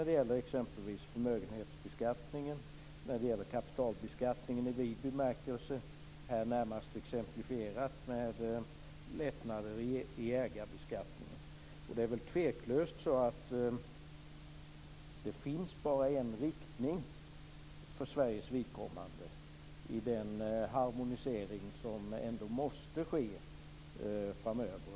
Det gäller då exempelvis förmögenhetsbeskattningen och kapitalbeskattningen i vid bemärkelse; här närmast exemplifierat med lättnader i ägarbeskattningen. Tveklöst är det väl så att det bara finns en riktning för Sveriges vidkommande när det gäller den harmonisering som ändå måste ske framöver.